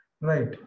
Right